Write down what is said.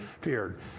feared